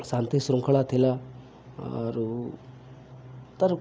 ଶାନ୍ତି ଶୃଙ୍ଖଳା ଥିଲା ଆରୁ ତାର